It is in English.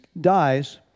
dies